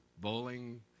bowling